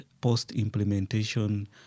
post-implementation